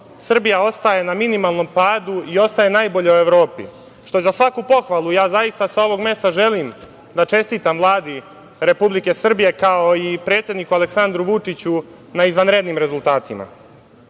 Srbija ostaje na minimalnom padu i ostaje najbolja u Evropi, što je za svaku pohvalu. Sa ovog mesta želim da čestitam Vladi Republike Srbije, kao i predsedniku Aleksandru Vučiću na izvanrednim rezultatima.